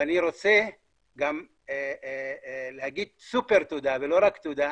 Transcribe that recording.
אני רוצה גם להגיד סופר תודה ולא רק תודה